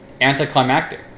anticlimactic